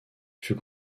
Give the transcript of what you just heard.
fut